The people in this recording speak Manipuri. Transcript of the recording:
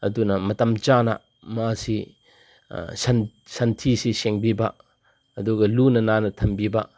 ꯑꯗꯨꯅ ꯃꯇꯝ ꯆꯥꯅ ꯃꯁꯤ ꯁꯟꯊꯤꯁꯤ ꯁꯦꯡꯕꯤꯕ ꯑꯗꯨꯒ ꯂꯨꯅ ꯅꯥꯟꯅ ꯊꯝꯕꯤꯕ